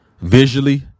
visually